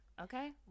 Okay